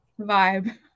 vibe